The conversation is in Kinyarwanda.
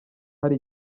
hari